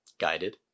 guided